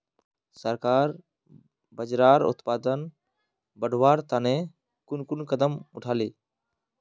सरकार बाजरार उत्पादन बढ़वार तने कुन कुन कदम उठा ले